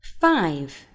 five